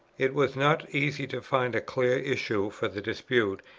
it was not easy to find a clear issue for the dispute,